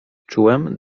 uczułem